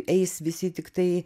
eis visi tiktai